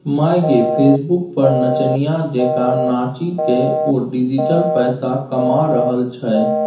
माय गे फेसबुक पर नचनिया जेंका नाचिकए ओ डिजिटल पैसा कमा रहल छै